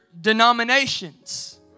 denominations